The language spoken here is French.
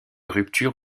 rupture